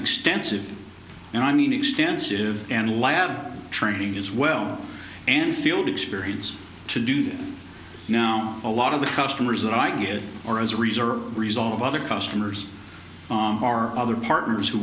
extensive and i mean extensive and lab training as well and field experience to do that now a lot of the customers that i use or as a reserve result of other customers are other partners who